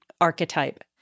archetype